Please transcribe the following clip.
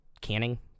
Canning